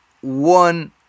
one